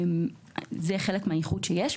זה חלק מהייחוד שיש.